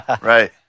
right